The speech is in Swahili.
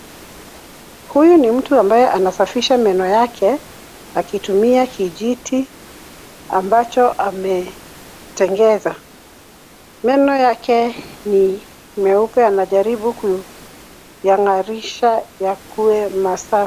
Huyu ni mtu ambaye anasafisha meno yake akitumia kijiti ambacho ametengeza. Meno yake ni meupe, anajaribu kuyang'arisha yakue masafi.